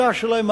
קליטה שלהם,